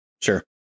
sure